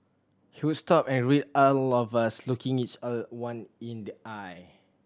he would stop and all of us looking each other one in the eye